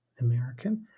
American